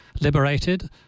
liberated